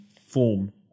form